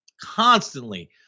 constantly